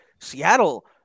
Seattle